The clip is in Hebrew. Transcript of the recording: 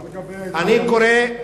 מה לגבי ההתנחלות בפתח-תקווה?